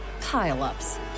pile-ups